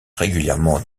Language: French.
régulièrement